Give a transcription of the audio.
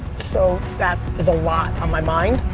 so that is a lot on my mind.